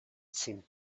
seemed